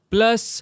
Plus